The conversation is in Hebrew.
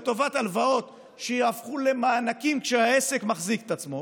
תפנו אותם לטובת הלוואות שיהפכו למענקים כשהעסק מחזיק את עצמו,